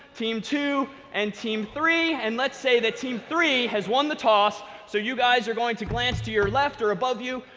team two, and team three. and let's say that team three has won the toss, so you guys are going to glance to your left or above you,